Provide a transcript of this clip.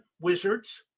wizards